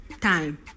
time